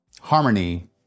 Harmony